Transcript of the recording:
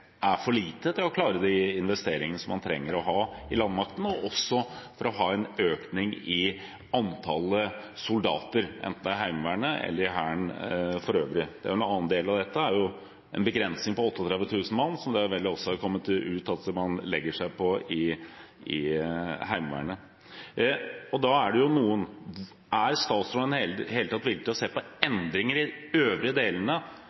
er for lite til å klare de investeringene som man trenger å ha i landmakten, og også for å ha en økning i antallet soldater – enten det er i Heimevernet eller i Hæren for øvrig. En annen del av dette er en begrensning på 38 000 mann, som det vel også er kommet ut at man legger seg på i Heimevernet. Er statsråden i det hele tatt villig til å se på endringer i de øvrige delene